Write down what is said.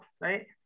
right